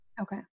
Okay